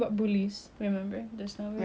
um bullies in secondary school